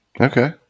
Okay